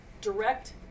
direct